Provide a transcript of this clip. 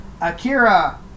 Akira